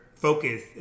focus